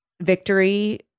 victory